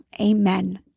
Amen